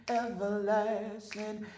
everlasting